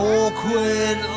awkward